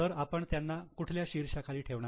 तर आपण त्यांना कुठल्या शिर्षा खाली ठेवणार